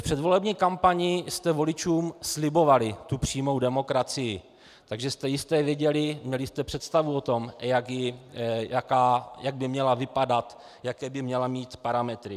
V předvolební kampani jste voličům slibovali tu přímou demokracii, takže jste jistě věděli, měli jste představu o tom, jak by měla vypadat, jaké by měla mít parametry.